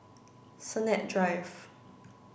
Sennett Drive